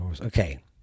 okay